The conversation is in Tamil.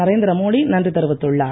நரேந்திர மோடி நன்றி தெரிவித்துள்ளார்